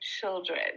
children